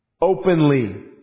openly